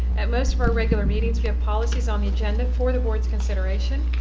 at most of our regular meetings, we have policies on the agenda for the board's consideration.